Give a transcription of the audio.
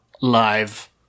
live